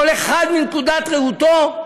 כל אחד מנקודת ראותו,